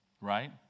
Right